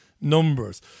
Numbers